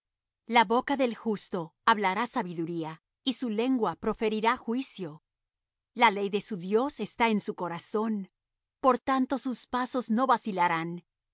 la boca del justo hablara sabiduría y su lengua proferirá juicio la ley de su dios está en su corazón por tanto sus pasos no vacilarán